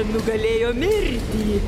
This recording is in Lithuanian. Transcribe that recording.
nugalėjo mirtį